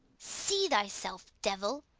see thyself, devil!